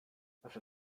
after